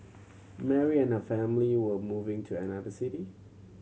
Mary and her family were moving to another city